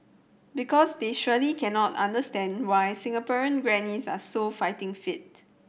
because they surely cannot understand why Singaporean grannies are so fighting fit